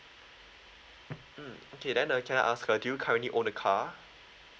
mm okay then uh can I ask do you currently own a car